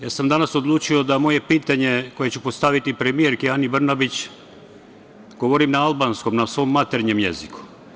Danas sam odlučio da moje pitanje, koje ću postaviti premijerki Ani Brnabić govorim na albanskom, na svom maternjem jeziku.